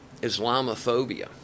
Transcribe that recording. Islamophobia